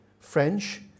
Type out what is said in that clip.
French